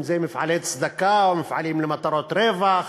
אם אלה מפעלי צדקה או מפעלים למטרות רווח,